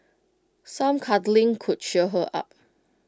some cuddling could cheer her up